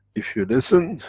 if you listen,